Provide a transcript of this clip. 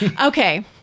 Okay